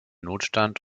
notstand